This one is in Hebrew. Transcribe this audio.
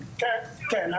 כן, כן.